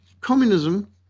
communism